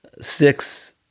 Six